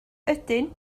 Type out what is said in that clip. ydyn